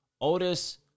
Otis